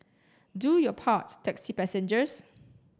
do your part taxi passengers